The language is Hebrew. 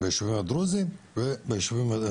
בישובים הדרוזים והצ'רקסיים.